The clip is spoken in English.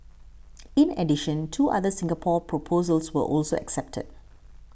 in addition two other Singapore proposals were also accepted